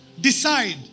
decide